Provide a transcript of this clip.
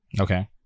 Okay